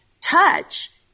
touch